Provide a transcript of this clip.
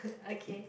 okay